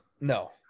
no